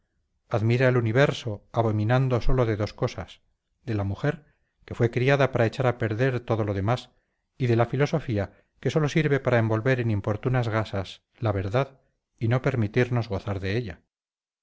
admira el universo abominando sólo de dos cosas de la mujer que fue criada para echar a perder todo lo demás y de la filosofía que sólo sirve para envolver en importunas gasas la verdad y no permitirnos gozar de ella